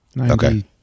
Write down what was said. Okay